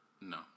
No